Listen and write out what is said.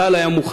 צה"ל היה מוכן.